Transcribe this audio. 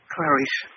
Clarice